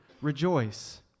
rejoice